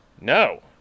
No